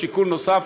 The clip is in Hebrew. שיקול נוסף.